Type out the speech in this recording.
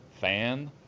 fan